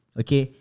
okay